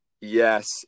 Yes